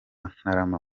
ntarama